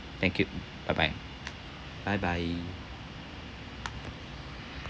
thank you bye bye bye bye